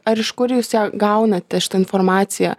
ar iš kur jūs ją gaunate šitą informaciją